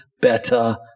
better